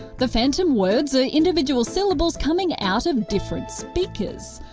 the phantom words are individual syllables coming out of different speakers.